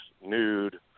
nude